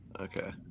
Okay